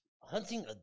Hunting